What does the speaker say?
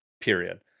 period